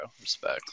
Respect